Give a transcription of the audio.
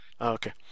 okay